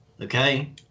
Okay